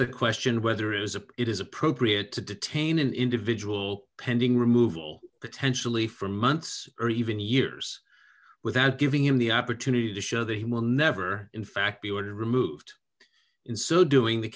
the question whether it is a it is appropriate to detain an individual pending removal potentially for months or even years without giving him the opportunity to show that he will never in fact be ordered removed in so doing the